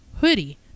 hoodie